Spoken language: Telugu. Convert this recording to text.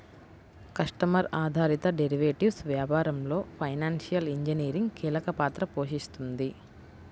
కస్టమర్ ఆధారిత డెరివేటివ్స్ వ్యాపారంలో ఫైనాన్షియల్ ఇంజనీరింగ్ కీలక పాత్ర పోషిస్తుంది